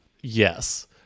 yes